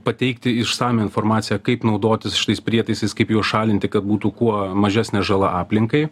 pateikti išsamią informaciją kaip naudotis šitais prietaisais kaip juos šalinti kad būtų kuo mažesnė žala aplinkai